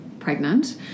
pregnant